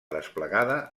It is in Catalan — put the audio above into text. desplegada